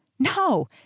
No